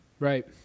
Right